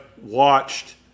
watched